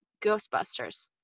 ghostbusters